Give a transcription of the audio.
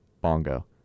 bongo